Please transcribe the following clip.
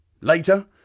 Later